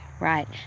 right